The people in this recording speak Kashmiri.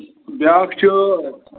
بیٛاکھ چھُ